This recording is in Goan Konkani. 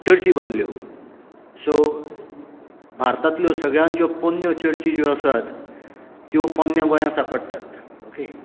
इगर्जी बांदल्यो सो भारतांतल्यो सगळ्यांत ज्यो पोरण्यो चर्ची आसात त्यो पोरण्या गोंयांत सांपडटात ओके